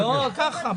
ככה,